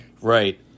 Right